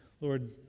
Lord